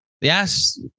Yes